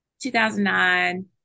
2009